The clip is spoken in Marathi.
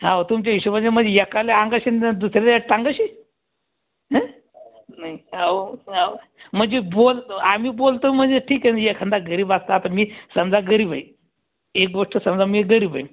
हो तुमच्या हिशोबाने म्हणजे एकाले अंगाशी न दुसऱ्याले टांगंशी हा नाही अहो अहो म्हणजे बोल आम्ही बोलतो म्हणजे ठीक आहे ना एखादा गरीब असता आता मी समजा गरीब आहे एक गोष्ट समजा मी गरीब आहे